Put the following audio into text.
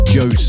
Joe